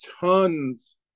tons